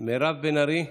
מירב בן ארי,